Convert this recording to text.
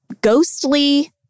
ghostly